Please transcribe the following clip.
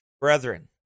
Brethren